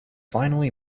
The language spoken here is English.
finally